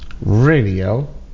Radio